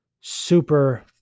super